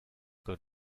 good